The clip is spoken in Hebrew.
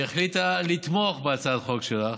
והיא החליטה לתמוך בהצעת החוק שלך,